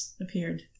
appeared